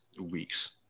weeks